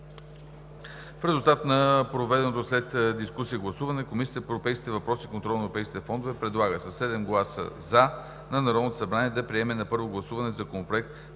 В резултат на проведеното след дискусията гласуване, Комисията по европейските въпроси и контрол на европейските фондове предлага със 7 гласа „за“ на Народното събрание да приеме на първо гласуване Законопроект